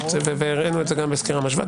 הראינו את זה גם בסקירה משווה.